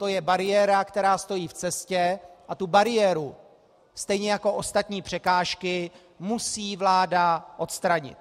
To je bariéra, která stojí v cestě, a tu bariéru, stejně jako ostatní překážky, musí vláda odstranit.